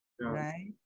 right